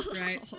Right